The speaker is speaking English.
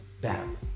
Bam